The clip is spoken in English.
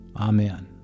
Amen